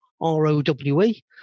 R-O-W-E